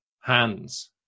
hands